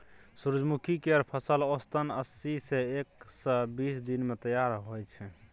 सूरजमुखी केर फसल औसतन अस्सी सँ एक सय बीस दिन मे तैयार होइ छै